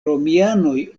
romianoj